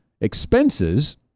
expenses